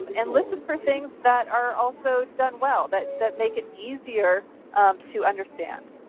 and listen for things that are also done well that that make it easier to understand.